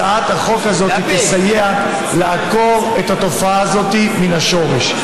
הצעת החוק הזאת תסייע לעקור את התופעה הזאת מן השורש.